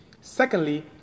Secondly